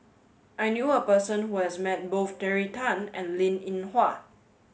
I knew a person who has met both Terry Tan and Linn In Hua